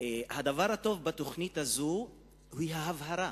הדבר הטוב בתוכנית הזו הוא ההבהרה,